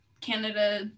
Canada